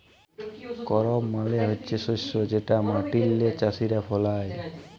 করপ মালে হছে শস্য যেট মাটিল্লে চাষীরা ফলায়